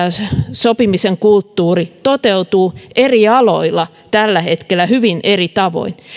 sopimisen kulttuuri toteutuu eri aloilla tällä hetkellä hyvin eri tavoin